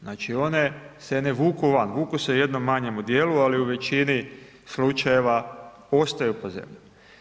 Znači one se ne vuku van, vuku se u jednom manjemu dijelu, ali u većini slučajeva ostaju pod zemljom.